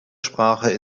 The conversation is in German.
sprache